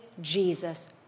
Jesus